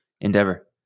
endeavor